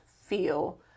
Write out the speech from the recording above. feel